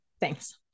thanks